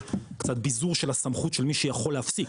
קצת ביזור הסמכות של מי שיכול להפסיק.